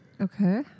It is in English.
Okay